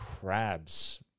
crabs